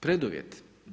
Preduvjet.